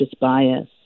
bias